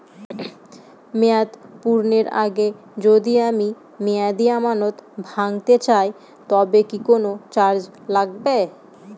মেয়াদ পূর্ণের আগে যদি আমি মেয়াদি আমানত ভাঙাতে চাই তবে কি কোন চার্জ লাগবে?